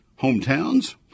hometowns